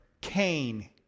Cain